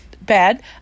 bad